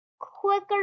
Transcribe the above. quicker